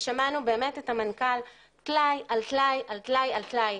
שמענו באמת את המנכ"ל תלאי על תלאי על תלאי,